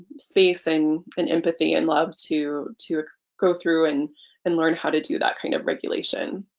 space and and empathy and love to to go through and and learn how to do that kind of regulation.